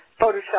Photoshop